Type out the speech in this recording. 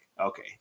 Okay